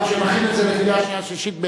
כשנכין את זה לקריאה שנייה ושלישית,